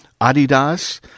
Adidas